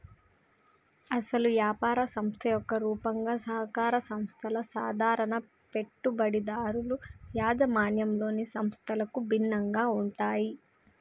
అసలు యాపార సంస్థ యొక్క రూపంగా సహకార సంస్థల సాధారణ పెట్టుబడిదారుల యాజమాన్యంలోని సంస్థలకు భిన్నంగా ఉంటాయి